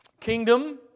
Kingdom